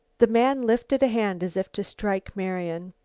the man lifted a hand as if to strike marian.